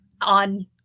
on